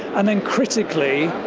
and then critically,